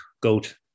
goat